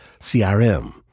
CRM